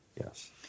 Yes